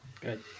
Good